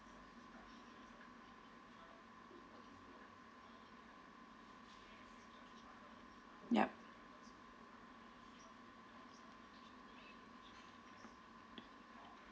yup